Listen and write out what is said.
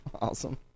Awesome